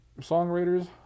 songwriters